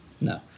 No